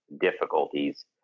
difficulties